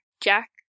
Jack